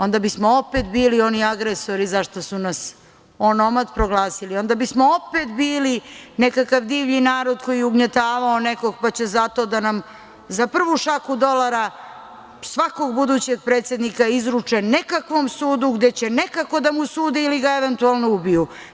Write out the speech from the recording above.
Onda bismo opet bili oni agresori zašta su nas onomad proglasili, onda bismo opet bili nekakav divlji narod koji je ugnjetavao nekoga, pa će zato da nam za prvu šaku dolara, svakog budućeg predsednika izruče nekakvom sudu gde će nekako da mu sude ili ga eventualno ubiju.